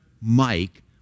Mike